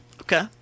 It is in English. Okay